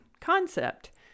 concept